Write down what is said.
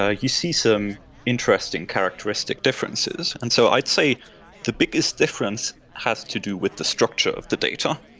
ah you see some interesting characteristic differences. and so i'd say the biggest difference has to do with the structure of the data.